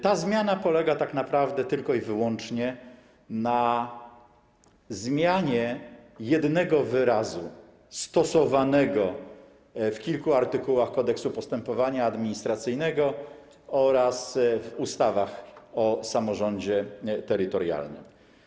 Ta zmiana polega tak naprawdę tylko i wyłącznie na zmianie jednego wyrazu stosowanego w kilku artykułach Kodeksu postępowania administracyjnego oraz w ustawach o samorządzie terytorialnym.